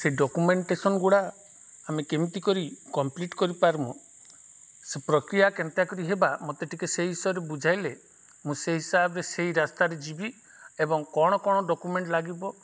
ସେ ଡ଼କ୍ୟୁମେଣ୍ଟେସନ୍ଗୁଡ଼ା ଆମେ କେମିତି କରି କମ୍ପ୍ଲିଟ୍ କରିପାର୍ମୁଁ ସେ ପ୍ରକ୍ରିୟା କେନ୍ତା କରି ହେବା ମୋତେ ଟିକେ ସେଇ ହିସାବରେ ବୁଝାଇଲେ ମୁଁ ସେଇ ହିସାବରେ ସେଇ ରାସ୍ତାରେ ଯିବି ଏବଂ କ'ଣ କ'ଣ ଡ଼କ୍ୟୁମେଣ୍ଟ ଲାଗିବ